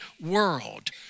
world